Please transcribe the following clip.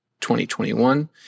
2021